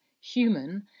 Human